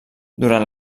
durant